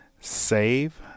save